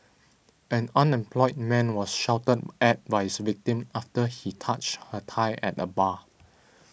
an unemployed man was shouted at by his victim after he touched her thigh at a bar